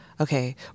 okay